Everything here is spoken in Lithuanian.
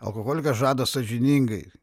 alkoholikas žada sąžiningai